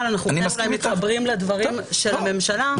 אבל אנחנו כן אולי מתחברים לדברים של הממשלה,